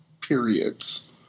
periods